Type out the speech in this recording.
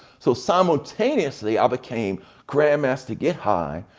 so, simultaneously, i became grandmaster get high,